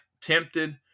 tempted